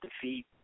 defeat